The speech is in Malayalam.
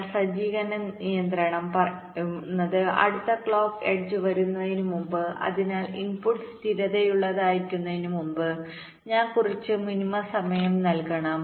എന്നാൽ സജ്ജീകരണ നിയന്ത്രണം പറയുന്നത് അടുത്ത ക്ലോക്ക് എഡ്ജ് വരുന്നതിന് മുമ്പ് അതിനാൽ ഇൻപുട്ട് സ്ഥിരതയുള്ളതായിരിക്കുന്നതിന് മുമ്പ് ഞാൻ കുറച്ച് മിനിമം സമയം നൽകണം